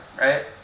right